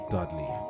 Dudley